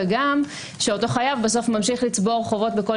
וגם שאותו חייב בסוף ממשיך לצבור חובות בכל